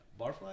Barfly